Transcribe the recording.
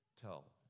tell